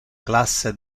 classe